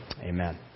amen